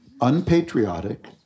unpatriotic